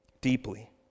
Deeply